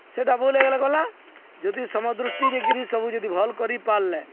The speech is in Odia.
ସେଟା ଭୁଲ୍ ହେଇଗଲେ ଗଲା ଯଦି ସମଦୃଷ୍ଟି ଦେଇକିରି ସବୁ ଯଦି ଭଲ୍ କରିପାର୍ଲେ